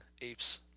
apes